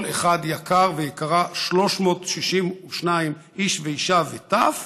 כל אחד יקר ויקרה, 362 איש, אישה וטף,